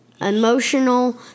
emotional